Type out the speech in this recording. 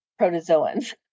protozoans